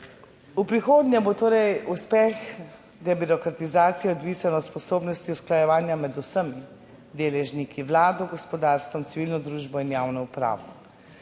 V prihodnje bo torej uspeh debirokratizacije odvisen od sposobnosti usklajevanja med vsemi deležniki: vlado, gospodarstvom, civilno družbo in javno upravo.